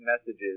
messages